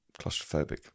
Claustrophobic